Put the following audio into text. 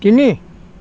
তিনি